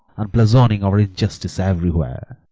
and blazoning our unjustice every where?